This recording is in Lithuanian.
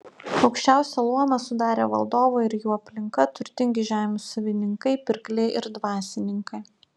aukščiausią luomą sudarė valdovai ir jų aplinka turtingi žemių savininkai pirkliai ir dvasininkai